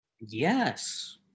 Yes